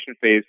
phase